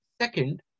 Second